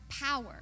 power